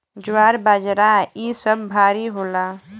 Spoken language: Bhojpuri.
ज्वार बाजरा इ सब भारी होला